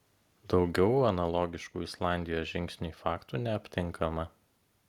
daugiau analogiškų islandijos žingsniui faktų neaptinkama